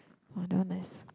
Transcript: !wah! that one nice